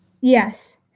Yes